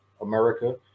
America